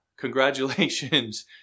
Congratulations